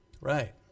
Right